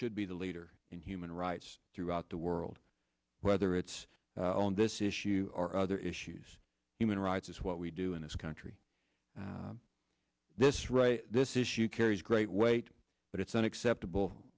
should be the leader in human rights throughout the world whether it's on this issue or other issues human rights is what we do in this country this right this issue carries great weight but it's unacceptable